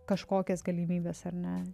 kažkokias galimybes ar ne